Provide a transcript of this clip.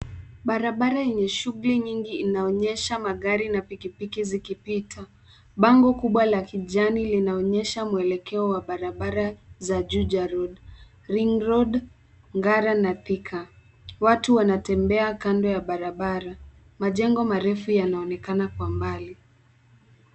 Barabara yenye shughuli nyingi inaonyesha magari na pikipiki zikipita. Bango kubwa la kijani linaonyesha mwelekeo wa barabara za Juja road, ring road, ngara, na thika. Watu wanatembea kando ya barabara. Majengo marefu yanaonekana kwa mbali.